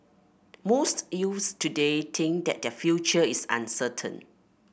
most youths today think that their future is uncertain